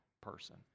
person